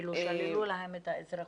שללו להם את האזרחות.